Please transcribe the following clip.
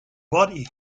body